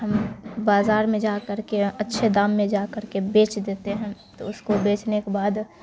ہم بازار میں جا کر کے اچھے دام میں جا کر کے بیچ دیتے ہیں تو اس کو بیچنے کے بعد